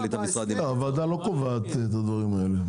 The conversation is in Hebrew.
הוועדה לא קובעת את הדברים האלה,